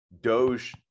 Doge